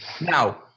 Now